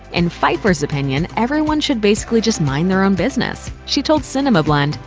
in pfeiffer' opinion, everyone should basically just mind their own business. she told cinema blend,